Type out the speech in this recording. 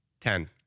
Ten